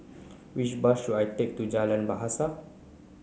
which bus should I take to Jalan Bahasa